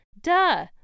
duh